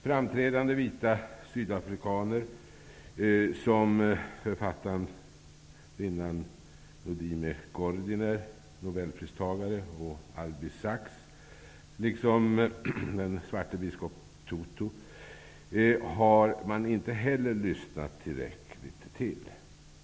Framträdande vita sydafrikaner som författarna Nadine Gordimer, nobelpristagare, och Albie Sachs, liksom den svarte biskop Tutu, har man inte heller lyssnat tillräckligt till.